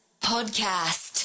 Podcast